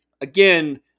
again